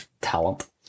Talent